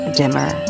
dimmer